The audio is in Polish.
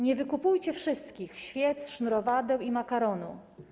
Nie wykupujcie wszystkich/ Świec, sznurowadeł i makaronu/